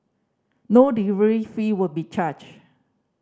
no delivery fee will be charged